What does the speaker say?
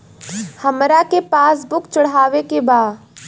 हमरा के पास बुक चढ़ावे के बा?